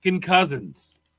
Cousins